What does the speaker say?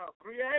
Create